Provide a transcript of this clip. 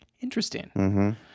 Interesting